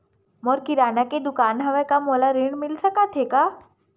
मोर किराना के दुकान हवय का मोला ऋण मिल सकथे का?